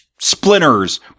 splinter's